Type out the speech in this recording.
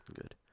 Good